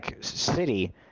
city